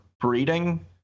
breeding